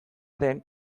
den